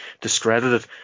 discredited